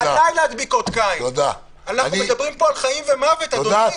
אנחנו מדברים פה על חיים ומוות, אדוני.